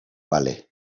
bale